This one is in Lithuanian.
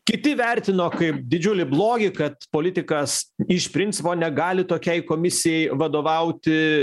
kiti vertino kaip didžiulį blogį kad politikas iš principo negali tokiai komisijai vadovauti